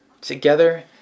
together